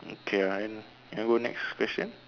okay I I go next question